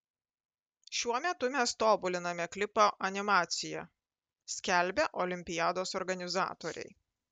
šiuo metu mes tobuliname klipo animaciją skelbia olimpiados organizatoriai